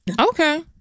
Okay